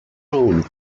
own